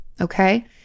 Okay